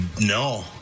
no